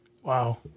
Wow